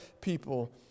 people